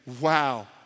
wow